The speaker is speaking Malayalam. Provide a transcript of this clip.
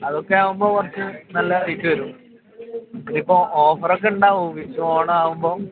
അതൊക്കെ ആവുമ്പം കുറച്ചു നല്ല റേറ്റ് വരും ഇപ്പം ഓഫറൊക്കെ ഉണ്ടാവും വിഷു ഓണം ആവുമ്പം